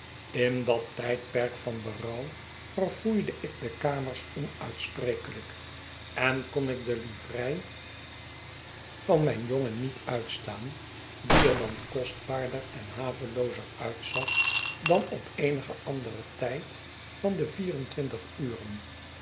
in dat tijdperk van berouw verfoeide ik de kamers onuitsprekelijk en kon ik de livrei van mijn jongen niet uitstaan die er dan kostbaarder en haveloozer uitzag dan op eenigen anderen tijd van de vier en twintig uren